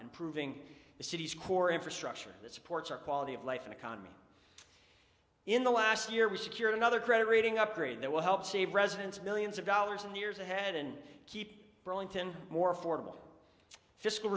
and proving the city's core infrastructure that supports our quality of life and economy in the last year we secure another credit rating upgrade that will help save residents millions of dollars in the years ahead and keep burlington more affordable fiscal